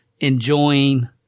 enjoying